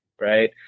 right